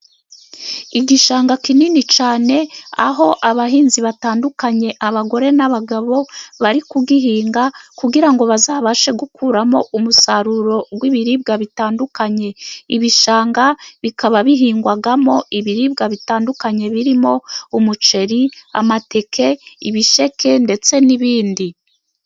Igishanga kinini cyane, aho abahinzi batandukanye, abagore n'abagabo bari kugihinga, kugira ngo bazabashe gukuramo umusaruro w'ibiribwa bitandukanye. Ibishanga bikaba bihingwamo ibiribwa bitandukanye birimo: umuceri, amateke, ibisheke ndetse n'ibindi.